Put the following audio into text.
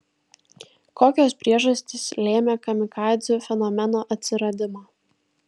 kokios priežastys lėmė kamikadzių fenomeno atsiradimą